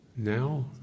Now